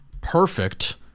perfect